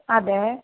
അതെ